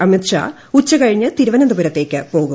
അമിത്ഷാ ഉച്ച കഴിഞ്ഞ് തിരുവനന്തപുരത്തേക്ക് പോകും